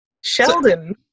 Sheldon